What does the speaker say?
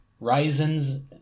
Ryzen's